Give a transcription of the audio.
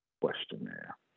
questionnaire